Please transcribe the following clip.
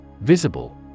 Visible